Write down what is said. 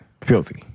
Filthy